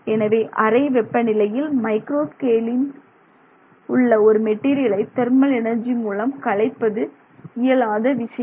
எனவே அறை வெப்பநிலையில் மைக்ரோ ஸ்கைலின் உள்ள ஒரு மெட்டீரியலை தெர்மல் எனர்ஜி மூலம் கலைப்பது இயலாத விஷயம்